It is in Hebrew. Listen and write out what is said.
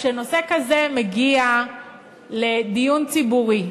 כשנושא כזה מגיע לדיון ציבורי,